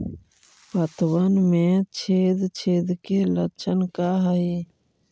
पतबन में छेद छेद के लक्षण का हइ?